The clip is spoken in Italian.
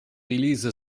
release